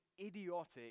idiotic